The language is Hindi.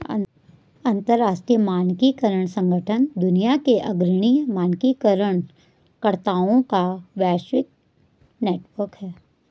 अंतर्राष्ट्रीय मानकीकरण संगठन दुनिया के अग्रणी मानकीकरण कर्ताओं का वैश्विक नेटवर्क है